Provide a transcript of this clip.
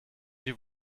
die